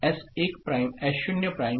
QD S1'